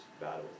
battle